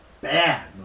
bad